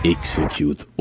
Execute